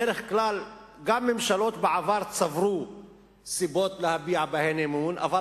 בדרך כלל גם ממשלות בעבר צברו סיבות להביע אי-אמון בהן,